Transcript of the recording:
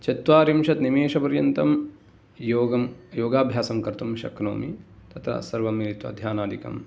चत्वारिंशत् निमेष पर्यन्तं योगं योगाभ्यासं कर्तुं शक्नोमि तत सर्वमेव ध्यानादिकं